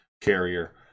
carrier